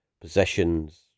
possessions